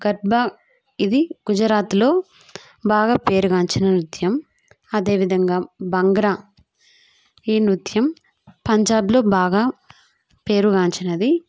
గర్బా ఇది గుజరాత్లో బాగా పేరుగాంచిన నృత్యం అదేవిధంగా భాంగ్రా ఈ నృత్యం పంజాబ్లో బాగా పేరుగాంచినది